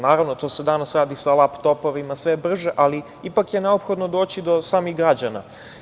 Naravno, to se danas radi sa laptopovima, ali ipak je neophodno doći do samih građana.